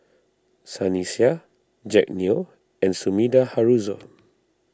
Sunny Sia Jack Neo and Sumida Haruzo